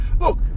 Look